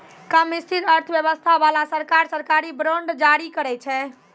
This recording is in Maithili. कम स्थिर अर्थव्यवस्था बाला सरकार, सरकारी बांड जारी करै छै